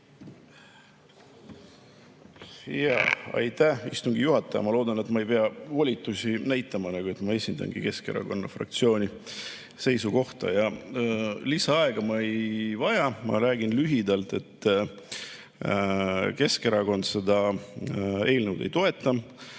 Aitäh, istungi juhataja! Ma loodan, et ma ei pea volitusi näitama, aga ma esindan Keskerakonna fraktsiooni seisukohta. Lisaaega ma ei vaja, ma räägin lühidalt. Keskerakond seda eelnõu ei toeta.